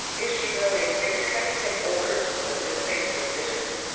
is she merely a figurehead to take orders from the visiting physician?